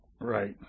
Right